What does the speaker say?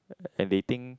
and they think